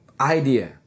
idea